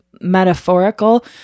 metaphorical